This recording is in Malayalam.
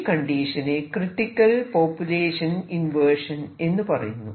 ഈ കണ്ടീഷനെ ക്രിട്ടിക്കൽ പോപുലേഷൻ ഇൻവെർഷൻ എന്ന് പറയുന്നു